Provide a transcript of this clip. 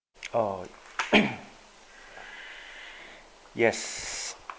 orh yes